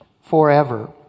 forever